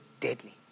deadly